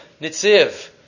Nitziv